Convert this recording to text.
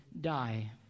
die